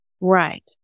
Right